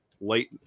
late